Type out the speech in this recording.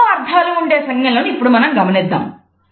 ఎన్నో అర్థాలు ఉండే సంజ్ఞలను ఇప్పుడు మనం గమనిద్దాము